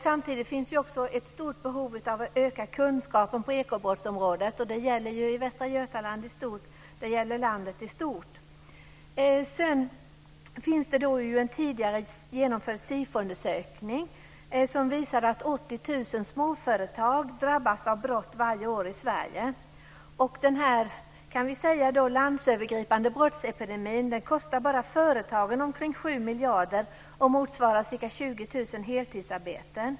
Samtidigt finns det också ett stort behov av att öka kunskapen på ekobrottsområdet. Det gäller i Västra Götaland och i landet i stort. Det finns en tidigare genomförd Sifoundersökning som visar att 80 000 småföretag i Sverige drabbas av brott varje år. Den här landsövergripande brottsepidemin kostar bara företagen omkring 7 miljarder och motsvarar ca 20 000 heltidsarbeten.